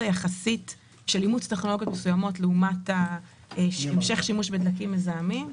היחסית של אימוץ טכנולוגיות מסוימות לעומת המשך שימוש בדלקים מזהמים,